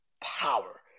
power